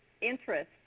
interest